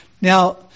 Now